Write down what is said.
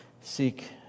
Seek